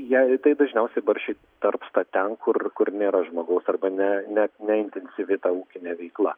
jei tai dažniausiai barščiai tarpsta ten kur kur nėra žmogaus arba ne net neintensyvi ta ūkinė veikla